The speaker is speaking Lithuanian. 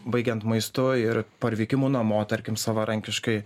baigiant maistu ir parvykimu namo tarkim savarankiškai